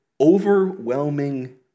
overwhelming